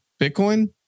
Bitcoin